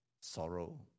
sorrow